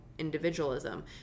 Individualism